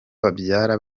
babyara